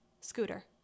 Scooter